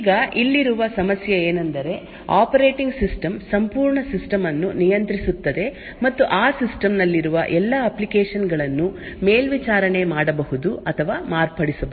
ಈಗ ಇಲ್ಲಿರುವ ಸಮಸ್ಯೆ ಏನೆಂದರೆ ಆಪರೇಟಿಂಗ್ ಸಿಸ್ಟಮ್ ಸಂಪೂರ್ಣ ಸಿಸ್ಟಮ್ ಅನ್ನು ನಿಯಂತ್ರಿಸುತ್ತದೆ ಮತ್ತು ಆ ಸಿಸ್ಟಂ ನಲ್ಲಿರುವ ಎಲ್ಲಾ ಅಪ್ಲಿಕೇಶನ್ ಗಳನ್ನು ಮೇಲ್ವಿಚಾರಣೆ ಮಾಡಬಹುದು ಅಥವಾ ಮಾರ್ಪಡಿಸಬಹುದು